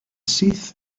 syth